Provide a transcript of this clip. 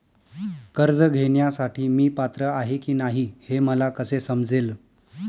कर्ज घेण्यासाठी मी पात्र आहे की नाही हे मला कसे समजेल?